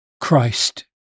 Christ